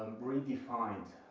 redefined.